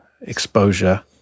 exposure